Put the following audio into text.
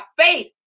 faith